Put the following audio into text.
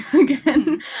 again